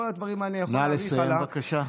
כל הדברים האלה נא לסיים, בבקשה.